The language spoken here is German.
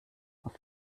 auf